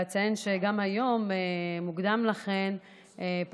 אציין שגם היום מוקדם יותר פתחנו,